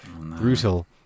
Brutal